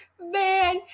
Man